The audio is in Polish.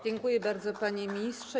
Dziękuję bardzo, panie ministrze.